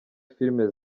film